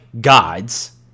gods